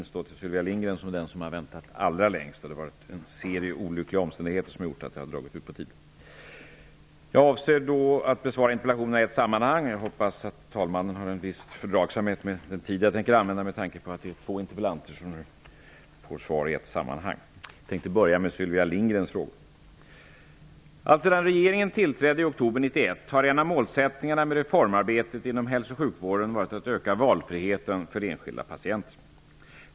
Sylvia Lindgren har fått vänta längst. En serie olyckliga omständigheter har gjort att det har dragit ut på tiden. Jag avser att besvara interpellationerna i ett sammanhang. Jag hoppas att talmannen har en viss fördragsamhet med den tid jag tänker använda med tanke på att två interpellanter kommer att få svar i ett sammanhang. Jag tänkte börja med Sylvia Alltsedan regeringen tillträde i oktober 1991 har en av målsättningarna med reformarbetet inom hälsooch sjukvården varit att öka valfriheten för enskilda patienter.